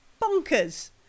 bonkers